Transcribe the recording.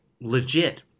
legit